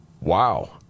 Wow